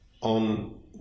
on